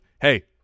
hey